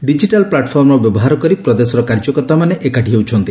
digital ପ୍କାଟଫର୍ମର ବ୍ୟବହାର କରି ପ୍ରଦେଶର କାର୍ଯ୍ୟକର୍ତ୍ତାମାନେ ଏକାଠୀ ହେଉଛନ୍ତି